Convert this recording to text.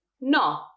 No